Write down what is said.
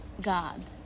god